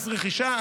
מס רכישה,